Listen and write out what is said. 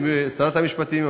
עם שרת המשפטים,